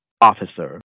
officer